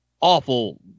awful